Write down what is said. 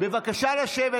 בבקשה, לשבת.